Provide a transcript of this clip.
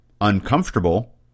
uncomfortable